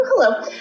Hello